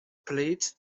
polite